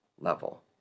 level